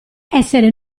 essere